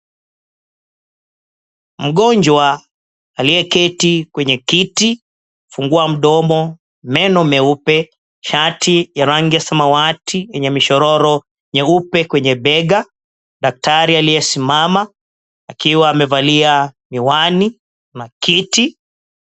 Mgonjwa aliyeketi kwenye kiti amefungua mdomo, meno meupe, shati ya rangi ya samawati yenye mishororo nyeupe kwenye bega, daktari aliyesimama akiwa amevalia miwani, kuna kiti.